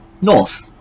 North